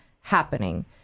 happening